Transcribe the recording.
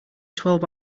twelve